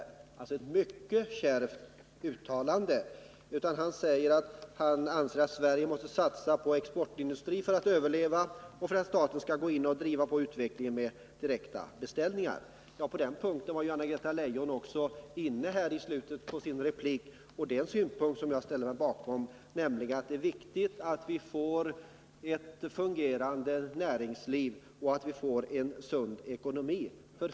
Det var alltså ett mycket kärvt uttalande. Han sade också att han ansåg att vi måste satsa på exportindustrin för att överleva och att staten borde gå in och driva på utvecklingen med direkta beställningar. Anna-Greta Leijon var också inne på detta i slutet av sin replik. Och det är en synpunkt som jag ställer mig bakom, nämligen att det är viktigt att få ett fungerande näringsliv och en sund ekonomi.